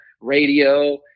radio